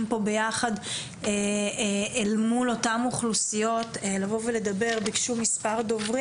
כאן ביחד אל מול אותן אוכלוסיות ביקשו לדבר.